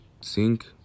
sink